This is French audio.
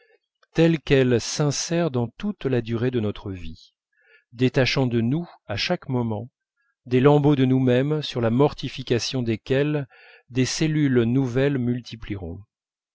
telle qu'elle s'insère dans toute la durée de notre vie détachant de nous à chaque moment des lambeaux de nous-même sur la mortification desquels des cellules nouvelles multiplieront